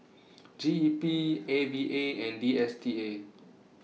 G E P A V A and D S T A